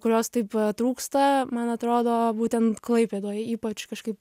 kurios taip trūksta man atrodo būtent klaipėdoj ypač kažkaip